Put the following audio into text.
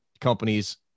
companies